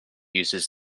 uses